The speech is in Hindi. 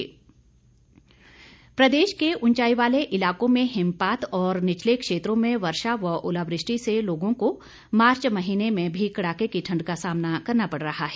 मौसम प्रदेश के ऊंचाई वाले इलाकों में हिमपात और निचले क्षेत्रों में वर्षा व ओलावृष्टि से लोगों को मार्च महीने में भी कड़ाके की ठंड का सामना करना पड़ रहा है